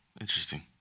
Interesting